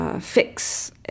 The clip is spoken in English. Fix